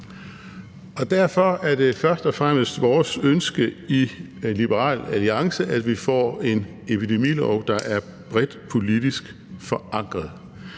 Derfor er det først og fremmest vores ønske i Liberal Alliance, at vi får en epidemilov, der er bredt politisk forankret,